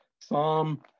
Psalm